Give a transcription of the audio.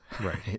right